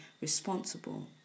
responsible